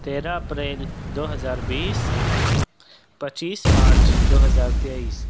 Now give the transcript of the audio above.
تیرہ اپریل دو ہزار بیس پچیس مارچ دو ہزار تیئیس